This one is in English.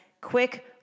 Quick